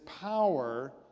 power